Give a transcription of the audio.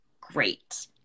great